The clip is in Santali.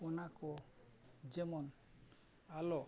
ᱚᱱᱟ ᱠᱚ ᱡᱮᱢᱚᱱ ᱟᱞᱚ